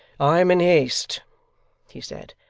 i am in haste he said.